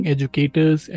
Educators